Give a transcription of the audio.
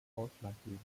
ausschlaggebend